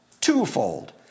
twofold